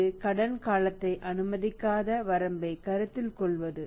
இது கடன் காலத்தைஅனுமதிக்காத வரம்பைக் கருத்தில் கொள்வது